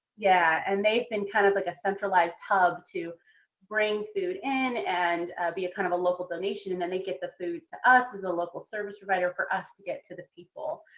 yeah. and they've been kind of like a centralized hub to bring food in and be kind of a local donation, and then they get the food to us as a local service provider for us to get to the people.